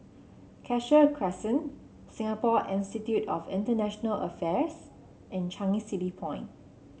Cassia Crescent Singapore Institute of International Affairs and Changi City Point